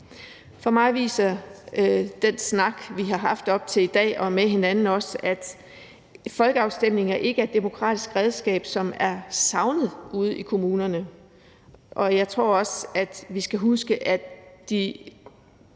For mig viser den snak, vi har haft op til i dag og med hinanden, også, at folkeafstemninger ikke er et demokratisk redskab, som er savnet ude i kommunerne. Jeg tror også, at vi skal huske, at